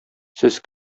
сез